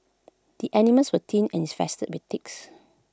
the animals were thin and infested with ticks